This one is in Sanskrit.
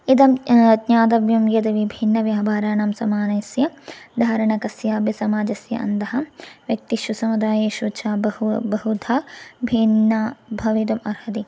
इदं ज्ञातव्यं यत् विभिन्नव्यापाराणां समानस्य धारणस्यापि समाजस्य अन्तः व्यक्तिषु समुदायेषु च बहु बहुधा भिन्न भवितुम् अर्हति